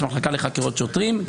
המחלקה לחקירות שוטרים,